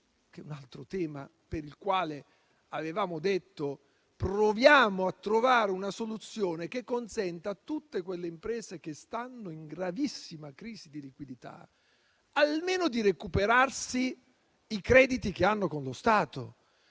altro tema per il quale avevamo proposto di trovare una soluzione che consentisse a tutte le imprese che si trovano in gravissima crisi di liquidità almeno di recuperare i crediti che hanno con lo Stato,